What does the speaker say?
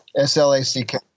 S-L-A-C-K